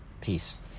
Peace